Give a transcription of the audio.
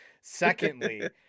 Secondly